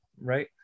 Right